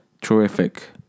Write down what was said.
Terrific